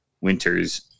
winter's